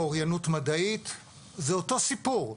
באוריינות מדעית זה אותו סיפור,